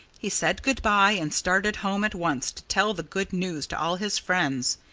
he said good-by and started home at once to tell the good news to all his friends.